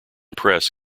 press